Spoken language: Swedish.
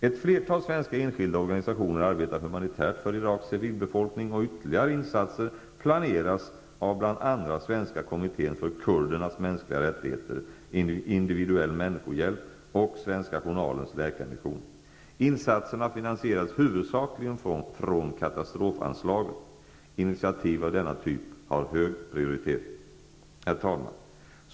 Ett flertal svenska enskilda organisationer arbetar humanitärt för Iraks civilbefolkning, och ytterligare insatser planeras av bl.a. Svenska kommittén för kurdernas mänskliga rättigheter, Läkarmission. Insatserna finansieras huvudsakligen från katastrofanslaget. Initiativ av denna typ har hög prioritet. Herr talman!